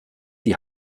die